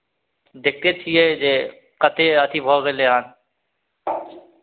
देखिते छियै जे कतेक अथी भऽ गेलै हन